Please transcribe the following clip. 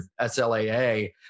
SLAA